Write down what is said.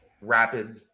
rapid